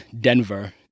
Denver